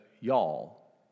y'all